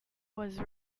was